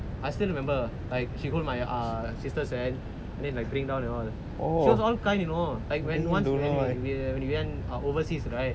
I still remember like she hold my err sister's hand and then they bring down and all she was all kind you know like when once when we went overseas right